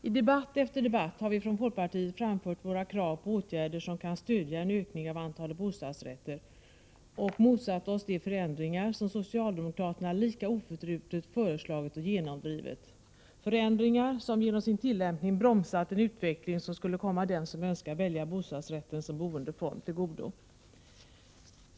I debatt efter debatt har vi från folkpartiet framfört våra krav på åtgärder som kan stödja en ökning av antalet bostadsrätter och motsatt oss de förändringar som socialdemokraterna lika oförtrutet föreslagit och genomdrivit, förändringar som genom sin tillämpning bromsat en utveckling som skulle komma dem som önskar välja bostadsrätten som boendeform till godo.